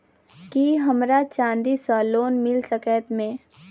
की हमरा चांदी सअ लोन मिल सकैत मे?